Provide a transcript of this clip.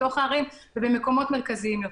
בתוך הערים ובמקומות מרכזיים יותר,